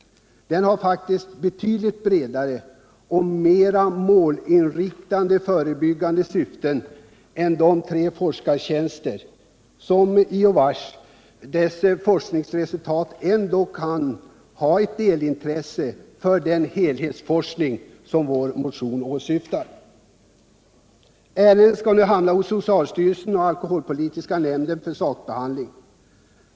Den motionen har faktiskt betydligt bredare och mer målinriktade förebyggande syften än de tre forskartjänsterna, vilkas forskningsresultat naturligtvis ändå kan ha ett delintresse för den helhetsforskning som motionen åsyftar. Ärendet skall nu hamna hos socialstyrelsen och alkoholpolitiska nämnden för sakbehandling.